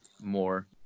more